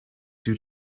due